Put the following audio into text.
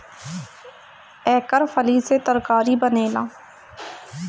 एकर फली से तरकारी बनेला